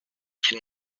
qu’il